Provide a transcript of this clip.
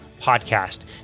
Podcast